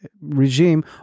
regime